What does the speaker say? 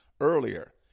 earlier